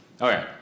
Okay